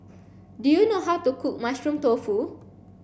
do you know how to cook mushroom tofu